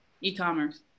E-commerce